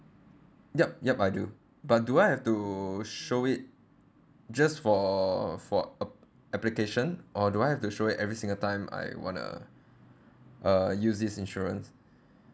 yup yup I do but do I have to show it just for for a~ application or do I have to show it every single time I wanna uh use this insurance